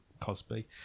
Cosby